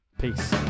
Peace